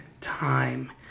time